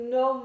no